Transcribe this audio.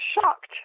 shocked